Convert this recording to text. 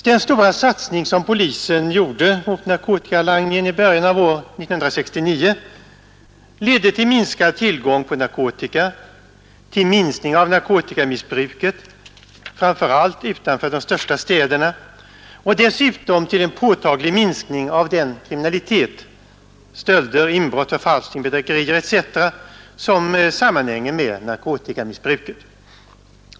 Den stora satsning som polisen gjorde mot narkotikalangningen i början av 1969 ledde till minskad tillgång på narkotika, till en minskning av narkotikamissbruket, framför allt utanför de största städerna, och dessutom till en påtaglig minskning av den kriminalitet — stölder, inbrott, förfalskning, bedrägeri, etc. — som sammanhänger med narkotikamissbruket.